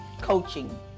coaching